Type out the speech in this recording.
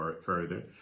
further